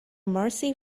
mercy